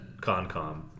ConCom